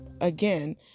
again